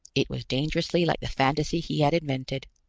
it was dangerously like the fantasy he had invented.